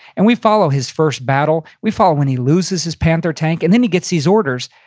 and we follow his first battle. we follow when he loses his panther tank and then he gets these orders,